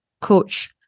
coach